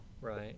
Right